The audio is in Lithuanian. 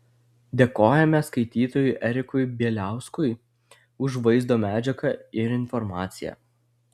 dėkojame skaitytojui erikui bieliauskui už vaizdo medžiagą ir informaciją